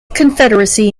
confederacy